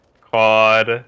called